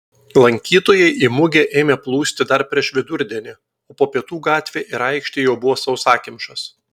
lankytojai į mugę ėmė plūsti dar prieš vidurdienį o po pietų gatvė ir aikštė jau buvo sausakimšos